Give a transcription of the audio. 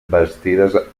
bastides